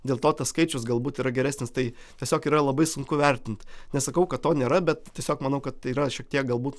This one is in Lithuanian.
dėl to tas skaičius galbūt yra geresnis tai tiesiog yra labai sunku vertint nesakau kad to nėra bet tiesiog manau kad yra šiek tiek galbūt